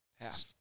Half